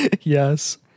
Yes